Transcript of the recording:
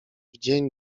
dzień